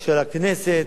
של הכנסת.